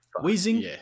wheezing